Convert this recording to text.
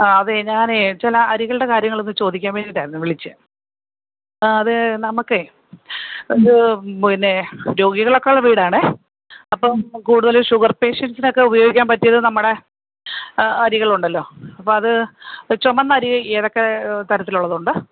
ആ അതേ ഞാനേ ചില അരികളുടെ കാര്യങ്ങളൊന്ന് ചോദിക്കാൻ വേണ്ടിയിട്ടായിരുന്നു വിളിച്ചത് ആ അത് നമുക്കേ അത് പിന്നെ രോഗികളൊക്കെ ഉള്ള വീടാണേ അപ്പം കൂടുതൽ ഷുഗർ പേഷ്യൻറ്സിനൊക്കെ ഉപയോഗിക്കാൻ പറ്റിയത് നമ്മുടെ അരികൾ ഉണ്ടല്ലോ അപ്പം അത് ചുമന്ന അരി ഏതൊക്കെ തരത്തിലുള്ളതുണ്ട്